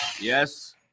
yes